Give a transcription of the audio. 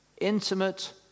Intimate